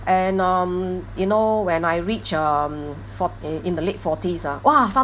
and um you know when I reach um fort~ uh in the late forties ah !wah!